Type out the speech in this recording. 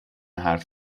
حرف